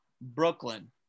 Brooklyn